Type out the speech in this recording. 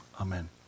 Amen